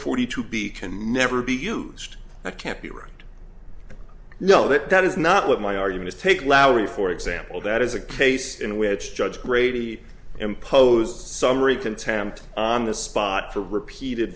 forty two b can never be used that can't be right no that that is not what my argument is take lowry for example that is a case in which judge grady impose summary contempt on the spot for repeated